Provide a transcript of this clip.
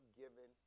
given